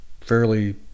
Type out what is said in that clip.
fairly